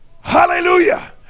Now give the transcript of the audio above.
hallelujah